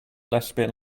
lesbian